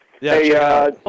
Hey